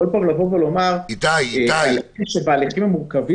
איתי --- כל פעם לומר: כפי שבהליכים המורכבים